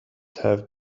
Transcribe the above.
have